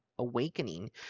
awakening